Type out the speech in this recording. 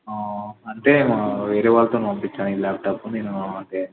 అంటే మా వేరే వాళ్ళతో పంపించిన ఈ లాప్టాప్ నేను అంటే